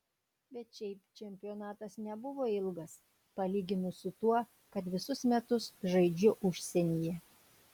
bet šiaip čempionatas nebuvo ilgas palyginus su tuo kad visus metus žaidžiu užsienyje